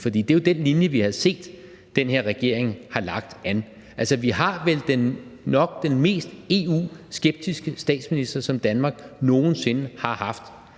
For det er jo den linje, vi har set den her regering har lagt an til. Altså, vi har vel nok har den mest EU-skeptiske statsminister, Danmark nogen sinde har haft,